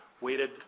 weighted